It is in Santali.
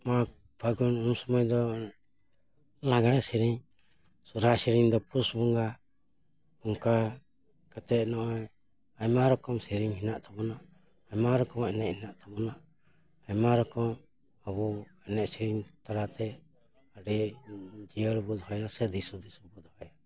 ᱢᱟᱜᱽ ᱯᱷᱟᱹᱜᱩᱱ ᱩᱱᱥᱩᱢᱟᱹᱭ ᱫᱚ ᱞᱟᱸᱜᱽᱲᱮ ᱥᱮᱨᱮᱧ ᱥᱚᱨᱦᱟᱭ ᱥᱮᱨᱮᱧ ᱫᱚ ᱯᱩᱥ ᱵᱚᱸᱜᱟ ᱚᱱᱠᱟ ᱠᱟᱛᱮᱫ ᱱᱚᱜᱼᱚᱭ ᱟᱭᱢᱟ ᱨᱚᱠᱚᱢ ᱥᱮᱨᱮᱧ ᱦᱮᱱᱟᱜ ᱛᱟᱵᱚᱱᱟ ᱟᱭᱢᱟ ᱨᱚᱠᱚᱢᱟᱜ ᱮᱱᱮᱡ ᱦᱮᱱᱟᱜ ᱛᱟᱵᱚᱱᱟ ᱟᱭᱢᱟ ᱨᱚᱠᱚᱢ ᱟᱵᱚ ᱮᱱᱮᱡ ᱥᱮᱨᱮᱧ ᱛᱟᱞᱟᱛᱮ ᱟᱹᱰᱤ ᱡᱤᱭᱟᱹᱲ ᱵᱚ ᱫᱚᱦᱚᱭᱟ ᱥᱮ ᱫᱤᱥᱼᱦᱩᱫᱤᱥ ᱵᱚ ᱫᱚᱦᱚᱭᱟ